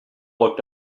looked